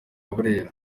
burera